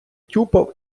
тюпав